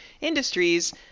industries